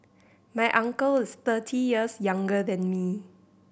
my uncle is thirty years younger than me